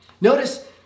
Notice